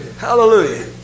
hallelujah